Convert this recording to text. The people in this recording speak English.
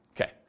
Okay